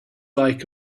like